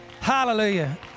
Hallelujah